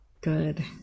good